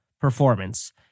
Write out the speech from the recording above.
performance